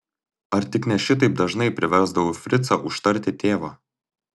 ar tik ne šitaip dažnai priversdavau fricą užtarti tėvą